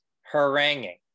haranguing